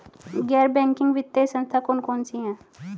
गैर बैंकिंग वित्तीय संस्था कौन कौन सी हैं?